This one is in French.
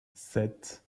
sept